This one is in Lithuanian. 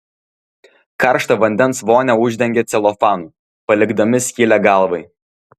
karštą vandens vonią uždengia celofanu palikdami skylę galvai